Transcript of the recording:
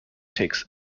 takes